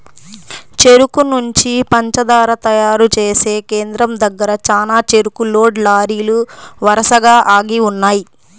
చెరుకు నుంచి పంచదార తయారు చేసే కేంద్రం దగ్గర చానా చెరుకు లోడ్ లారీలు వరసగా ఆగి ఉన్నయ్యి